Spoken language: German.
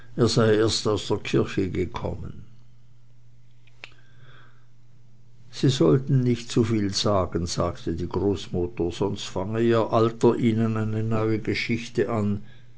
erst aus der kirche gekommen sie sollten nicht zuviel sagen sagte die großmutter sonst fange ihr alter ihnen eine neue geschichte an